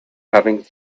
having